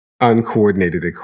Uncoordinated